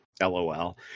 lol